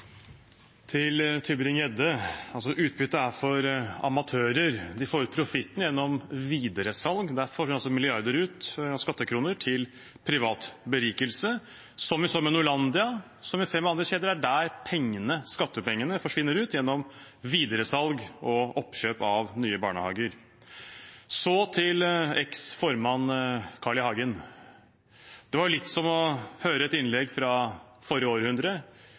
Til Tybring-Gjedde: Utbytte er for amatører, de får ut profitten gjennom videresalg, derfor milliarder av skattekroner ut til privat berikelse – som vi så med Norlandia, og som vi ser med andre kjeder. Det er der pengene – skattepengene – forsvinner ut, gjennom videresalg og oppkjøp av nye barnehager. Så til eksformann Carl I. Hagen: Det var litt som å høre et innlegg fra forrige århundre,